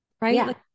right